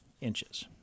inches